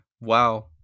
Wow